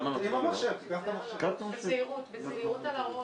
הרכבת הייתה אמורה להגיע עד קרוב לצומת אבא אבן מדרום,